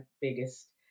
biggest